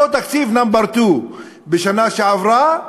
אותו תקציב number 2 בשנה שעברה,